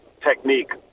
technique